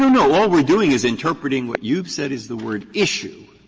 no, no. all we're doing is interpreting what you've said is the word issue,